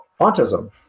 autism